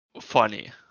funny